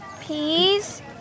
Peas